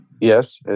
Yes